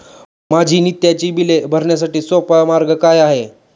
माझी नित्याची बिले भरण्यासाठी सोपा मार्ग काय आहे?